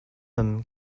them